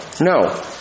no